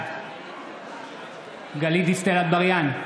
בעד גלית דיסטל אטבריאן,